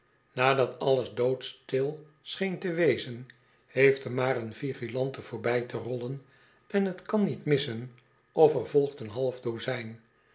alles doodstil scheen te wezen heeft er maar een vigilante voorbij te rollen en t kan niet missen of er volgt een half dozijn